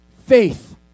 Faith